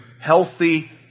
healthy